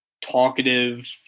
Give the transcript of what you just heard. talkative